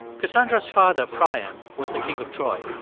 cassandra's father, priam, was the king of troy.